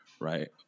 right